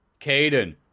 Caden